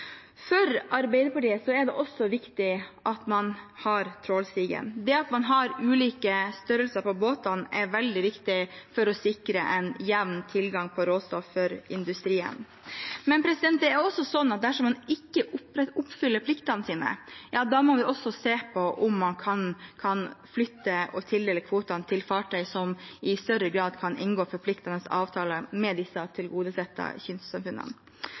For Arbeiderpartiet er det også viktig at man har trålstigen. Det at man har ulike størrelser på båtene, er veldig viktig for å sikre en jevn tilgang på råstoff for industrien. Men det er også sånn at dersom man ikke oppfyller pliktene sine, må vi se på om man kan flytte og tildele kvotene til fartøy som i større grad kan inngå forpliktende avtaler med disse tilgodesette